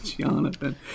jonathan